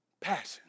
passion